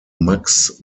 max